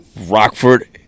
Rockford